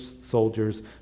soldiers